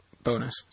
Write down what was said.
Bonus